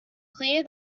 clear